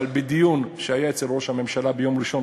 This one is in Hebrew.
אבל בדיון שהיה אצל ראש הממשלה ביום ראשון,